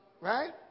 right